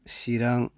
चिरां